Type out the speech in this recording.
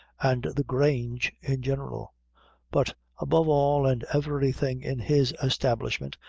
and the grange in general but, above all and everything in his establishment,